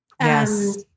Yes